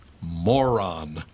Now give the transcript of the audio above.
moron